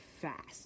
fast